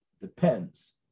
depends